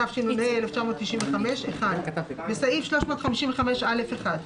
התשנ"ה-1995 בסעיף 355(א1)